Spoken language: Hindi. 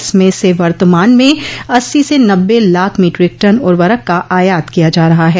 इसमें से वर्तमान में अस्सी से नब्बे लाख मीट्रिक टन उर्वरक का आयात किया जा रहा है